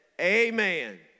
amen